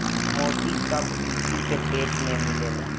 मोती सब सीपी के पेट में मिलेला